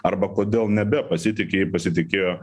arba kodėl nebepasitiki jei pasitikėjo